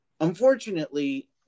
unfortunately